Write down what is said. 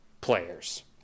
players